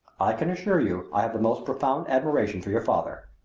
i can assure you i have the most profound admiration for your father.